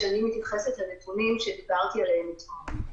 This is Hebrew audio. כשאני מתייחסת לנתונים שדיברתי עליהם אתמול.